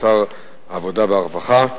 שר העבודה והרווחה,